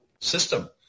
system